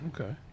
Okay